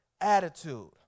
attitude